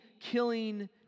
killing